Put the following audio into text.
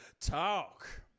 Talk